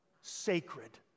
sacred